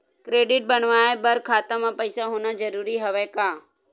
Credit बनवाय बर खाता म पईसा होना जरूरी हवय का?